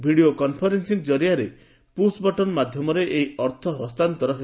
video conferencing କରିଆରେ push button ମାଧ୍ୟମରେ ଏହି ଅର୍ଥ ହସ୍ତାନ୍ତର ହେବ